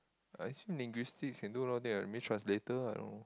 ah actually linguistics can do a lot of thing [what] maybe translator I don't know